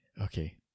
Okay